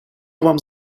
вам